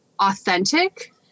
authentic